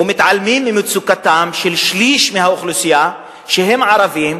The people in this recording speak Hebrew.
ומתעלמים ממצוקתם של שליש מהאוכלוסייה שהם ערבים,